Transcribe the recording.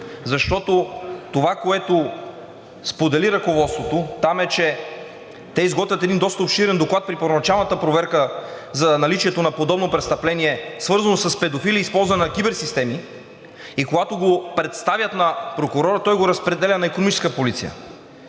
защото това, което сподели ръководството там, е, че те изготвят един доста обширен доклад при първоначалната проверка за наличието на подобно престъпление, свързано с педофили и използване на киберсистеми, и когато го представят на прокурора, той го разпределя на Икономическа полиция